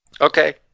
Okay